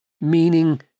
Meaning